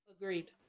Agreed